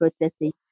processing